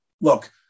look